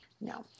No